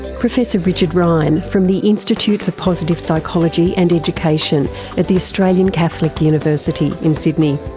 professor richard ryan from the institute for positive psychology and education at the australian catholic university in sydney.